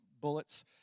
Bullets